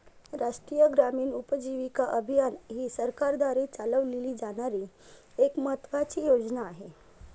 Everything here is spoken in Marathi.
राष्ट्रीय ग्रामीण उपजीविका अभियान ही सरकारद्वारे चालवली जाणारी एक महत्त्वाची योजना आहे